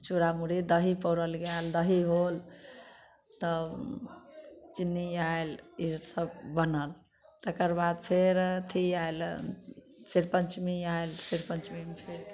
चुरा मुढ़ी दही पौरल गेल दही होल तब चीनी आएल ईसब बनल तकरबाद फेर अथी आएल शिवपञ्चमी आएल शिव पञ्चमीमे फेर